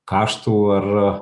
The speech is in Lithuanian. kaštų ar